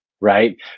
right